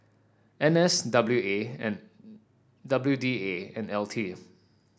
N S W A and W D A and L T